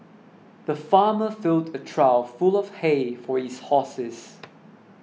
the farmer filled a trough full of hay for his horses